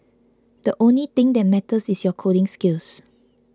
the only thing that matters is your coding skills